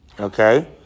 Okay